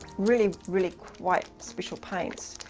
really, really quiet special paints.